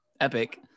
Epic